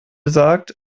sagt